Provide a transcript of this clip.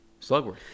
Slugworth